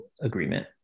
agreement